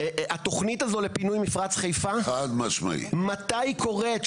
התוכנית הזו לפינוי מפרץ חיפה מתי קורית,